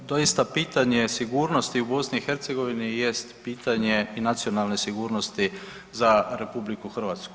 Doista pitanje je sigurnosti u BiH jest pitanje i nacionalne sigurnosti za RH.